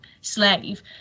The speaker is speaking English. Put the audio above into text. slave